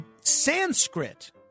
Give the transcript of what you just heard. Sanskrit